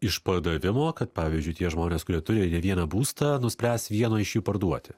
išpardavimo kad pavyzdžiui tie žmonės kurie turi ne vieną būstą nuspręs vieną iš jų parduoti